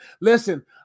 Listen